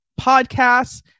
podcasts